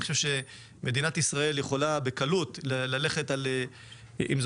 אני חושב שמדינת ישראל יכולה בקלות ללכת עם זה,